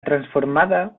transformada